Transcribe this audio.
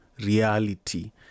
reality